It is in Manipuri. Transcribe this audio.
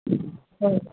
ꯍꯣꯏ